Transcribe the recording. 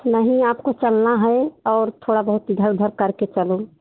नहीं आपको चलना है और थोड़ा बहुत इधर उधर करके चलो